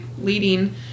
leading